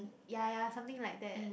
ya ya something like that